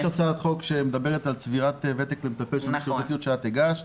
יש הצעת חוק שמדברת על צבירת וותק למטפלות --- שאת הגשת,